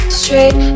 straight